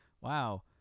wow